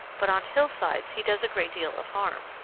but on hillsides he does a great deal of harm.